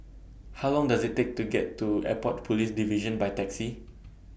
How Long Does IT Take to get to Airport Police Division By Taxi